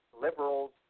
liberals